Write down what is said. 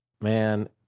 man